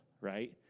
right